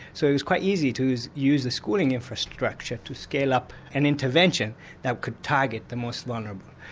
so it was quite easy to use use the schooling infrastructure to scale up an intervention that could target the most vulnerable.